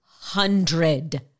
hundred